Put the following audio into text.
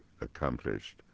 accomplished